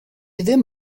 ddim